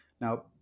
now